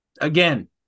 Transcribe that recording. Again